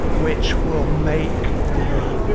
which will make the